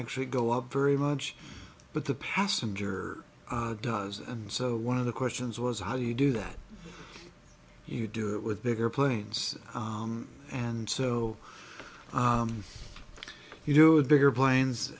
actually go up very much but the passenger does and so one of the questions was how do you do that you do it with bigger planes and so you do it bigger planes